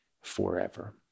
forever